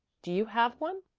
do you have one?